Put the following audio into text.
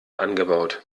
angebaut